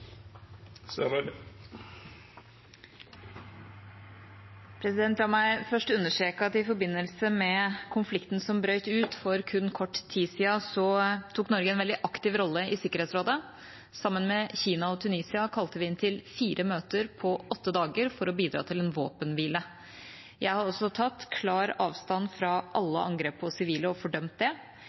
forbindelse med konflikten som brøt ut for kun kort tid siden, tok Norge en veldig aktiv rolle i Sikkerhetsrådet. Sammen med Kina og Tunisia kalte vi inn til fire møter på åtte dager for å bidra til en våpenhvile. Jeg har også tatt klar avstand fra og fordømt alle angrep på sivile, vi har økt vår humanitære støtte til Gaza, og